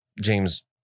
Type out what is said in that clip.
James